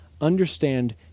understand